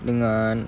dengan